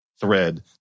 thread